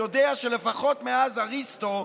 יודע שלפחות מאז אריסטו,